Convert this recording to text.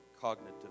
cognitive